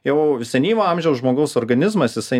jau senyvo amžiaus žmogaus organizmas jisai